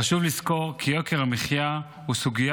חשוב לזכור כי יוקר המחיה הוא סוגיה